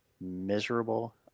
miserable